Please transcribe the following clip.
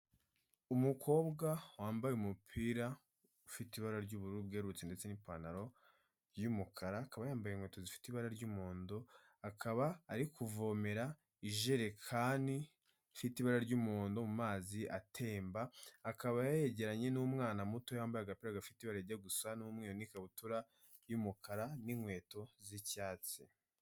Umukobwa wambaye umupira ufite ibara ry'ubururu bwerurutse ndetse n'ipantaro y'umukara, akaba yambaye inkweto zifite ibara ry'umuhondo, akaba ari kuvomera ijerekani ifite ibara ry'umuhondo mu mazi atemba akaba yageranye n'umwana muto yambaye agapira gafite ibara rijya gusa n'umweru, n'ikabutura y'umukara, n'inkweto z'icyatsi.